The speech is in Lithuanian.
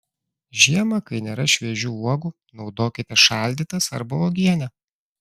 žiemą kai nėra šviežių uogų naudokite šaldytas arba uogienę